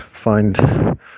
find